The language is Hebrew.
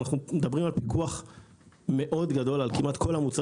ואנחנו מדברים על פיקוח מאוד גדול על כמעט כל,